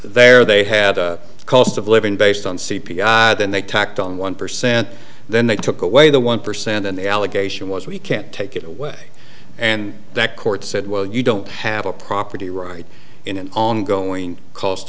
there they had a cost of living based on c p i then they tacked on one percent then they took away the one percent and the allegation was we can't take it away and that court said well you don't have a property right in an ongoing cost